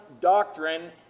doctrine